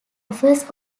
offers